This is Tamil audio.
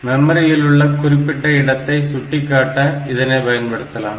மெமரியில் உள்ள குறிப்பிட்ட இடத்தை சுட்டிக்காட்ட இதனை பயன்படுத்தலாம்